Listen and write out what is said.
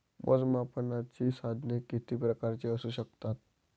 मोजमापनाची साधने किती प्रकारची असू शकतात?